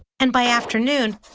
and by afternoon,